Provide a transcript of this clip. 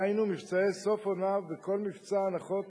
היינו, מבצעי סוף-עונה וכל מבצע הנחות